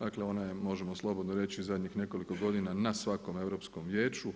Dakle, ona je možemo slobodno reći u zadnjih nekoliko godina na svakom Europskom vijeću